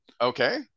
Okay